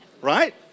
right